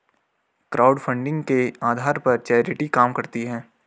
crowdfunding के आधार पर चैरिटी काम करती है